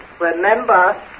remember